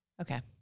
Okay